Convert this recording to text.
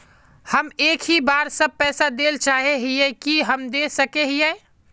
हम एक ही बार सब पैसा देल चाहे हिये की हम दे सके हीये?